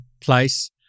place